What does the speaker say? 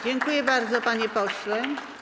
Dziękuję bardzo, panie pośle.